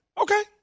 Okay